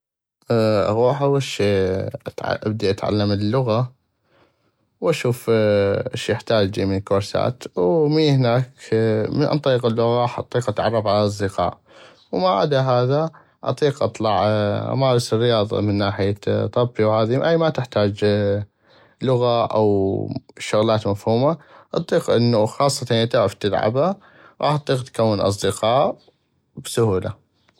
اغوح اول شي ابدي اتعلم اللغة واشوف اش يحتاجلي كورسات ومن هناك عن طريق اللغة راح اتعرف على اصدقاءوما عدا هذا اطيق اطلع امارس الرياضة من ناحية طبي وهذي ما تحتاج لغة او شغلات مفهومة اطيق انو خاصة اذا تعغف تلعبا غاح اطيق تكون اصدقاء بسهولة.